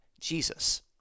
Jesus